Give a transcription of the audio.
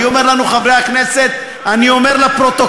אני אומר לנו, חברי הכנסת, אני אומר לפרוטוקול: